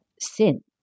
sin